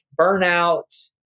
burnout